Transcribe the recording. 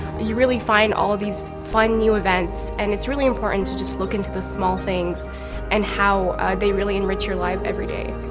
but you really find all these fun new events, and it's really important to just look into the small things and how they really enrich your life every day.